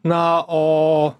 na o